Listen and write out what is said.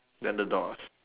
then the doors